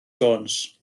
jones